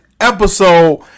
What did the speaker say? episode